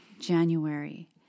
January